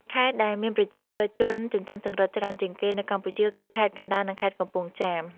ខេត្តដែលមានប្រជាជនចិញ្ចឹមចង្រិតច្រើនជាងគេនៅកម្ពុជាគឺ ខេត្តកណ្ដាល និង ខេត្តកំពង់ចាម។